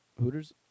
Hooters